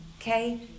okay